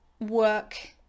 work